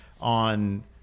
on